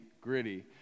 gritty